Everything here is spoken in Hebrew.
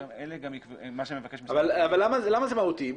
אבל למה זה מהותי?